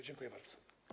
Dziękuję bardzo.